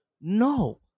No